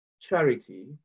charity